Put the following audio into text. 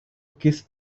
kiss